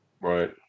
right